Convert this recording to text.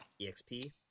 EXP